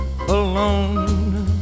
alone